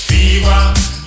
Fever